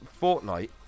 Fortnite